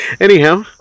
Anyhow